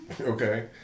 okay